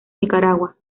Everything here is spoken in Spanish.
nicaragua